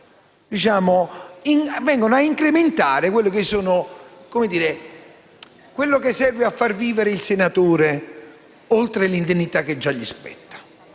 a incrementare ciò che serve a far vivere il senatore, oltre all'indennità che già gli spetta.